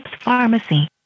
Pharmacy